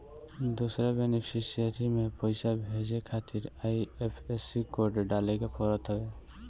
दूसरा बेनिफिसरी में पईसा भेजे खातिर आई.एफ.एस.सी कोड डाले के पड़त हवे